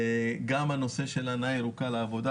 גם לנושא של הנעה ירוקה לעבודה.